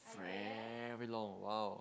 very long !wow!